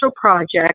project